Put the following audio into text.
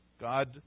God